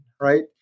right